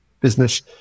business